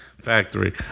Factory